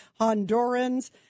Hondurans